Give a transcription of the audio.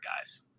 guys